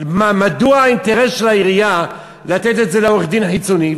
מדוע האינטרס של העירייה לתת את זה לעורך-דין חיצוני?